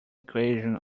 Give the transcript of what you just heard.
equation